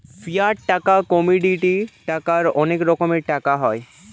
fiat টাকা, commodity টাকার অনেক রকমের টাকা হয়